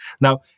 now